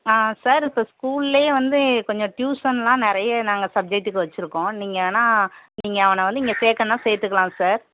ஆ sir இப்போது ஸ்கூல்லேயே வந்து கொஞ்சம் டியூசன்லாம் நிறையா நாங்கள் சப்ஜக்ட்டுக்கு வெச்சுருக்கோம் நீங்கள் வேணால் நீங்கள் அவனை வந்து இங்கே சேர்க்குறனா சேர்த்துக்கலாம் சார்